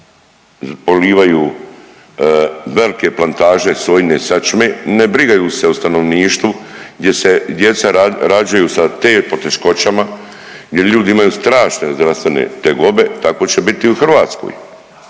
polivaju velike plantaže sojine sačme, ne brigaju se o stanovništvu gdje se djeca rađaju sa te poteškoćama, gdje ljudi imaju strašne zdravstvene tegobe, tako će biti i u Hrvatskoj,